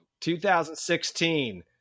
2016